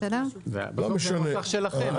בסוף זה נוסח שלכם.